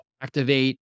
activate